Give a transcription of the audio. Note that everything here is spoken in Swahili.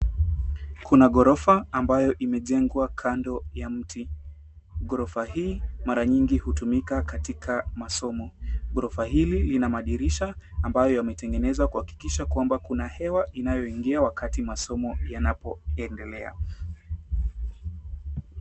Kuna ghorofa ambayo imejengwa kando ya mti. Ghorofa hii mara nyingi hutumika katika masomo. Ghorofa hili lina madirisha ambayo yametegenezwa kuhakikisha kwamba kuna hewa inayoingia wakati masomo yanapoendelea.